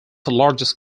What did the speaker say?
largest